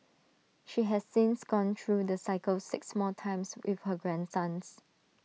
she has since gone through the cycle six more times with her grandsons